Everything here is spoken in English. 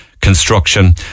construction